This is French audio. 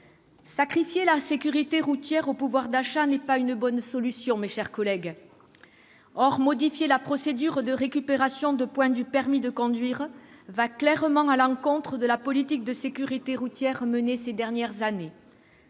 Sacrifier la sécurité routière au pouvoir d'achat n'est pas une bonne solution. Or modifier la procédure de récupération de points du permis de conduire va clairement à l'encontre de la politique de sécurité routière menée ces dernières années.